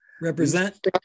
Represent